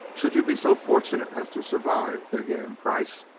should you be so fortunate as to survive, began kreiss,